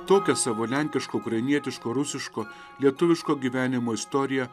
tokią savo lenkiško ukrainietiško rusiško lietuviško gyvenimo istoriją